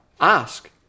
ask